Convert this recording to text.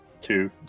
Two